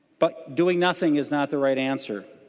but doing nothing is not the right answer.